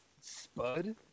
Spud